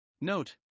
Note